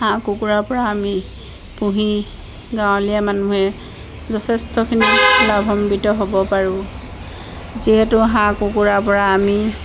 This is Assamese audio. হাঁহ কুকুুৰাৰ পৰা আমি পুহি গাঁৱলীয়া মানুহে যথেষ্টখিনি লাভম্বিত হ'ব পাৰোঁ যিহেতু হাঁহ কুকুৰাৰ পৰা আমি